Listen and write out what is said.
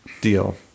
deal